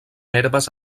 herbes